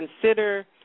consider